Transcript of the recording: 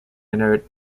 inert